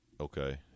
Okay